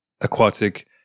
aquatic